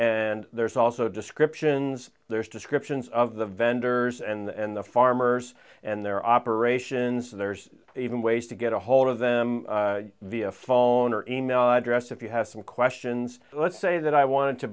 and there's also descriptions there's descriptions of the vendors and the farmers and their operations there's even ways to get ahold of them via phone or e mail address if you have some questions let's say that i want to